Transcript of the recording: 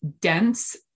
dense